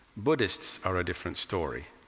buddhists are a different story.